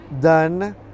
done